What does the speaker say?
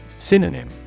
Synonym